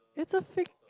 it's a fake